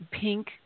pink